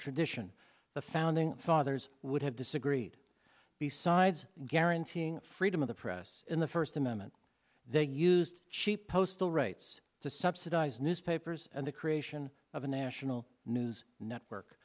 tradition the founding fathers would have disagreed besides guaranteeing freedom of the press in the first amendment they used cheap postal rates to subsidize newspapers and the creation of a national news network